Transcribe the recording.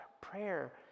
prayer